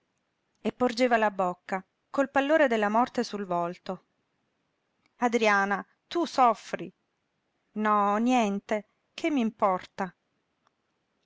e porgeva la bocca col pallore della morte sul volto adriana tu soffri no niente che m'importa